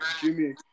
Jimmy